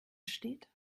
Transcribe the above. steht